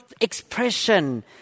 expression